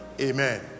Amen